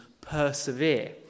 persevere